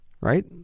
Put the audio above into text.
right